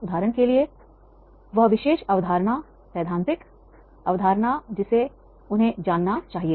उदाहरण के लिए वह विशेष अवधारणा सैद्धांतिक अवधारणा जिसे उन्हें जानना चाहिए